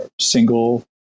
single